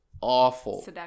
awful